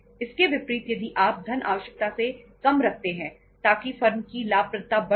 इसके विपरीत यदि आप धन आवश्यकता से कम रखते हैं ताकि फर्म की लाभप्रदता बढ़ सके